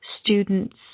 students